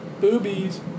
Boobies